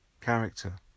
character